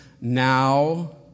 Now